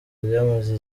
ryamaze